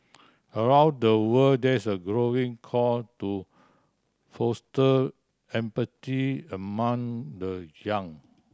around the world there is a growing call to foster empathy among the young